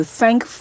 thank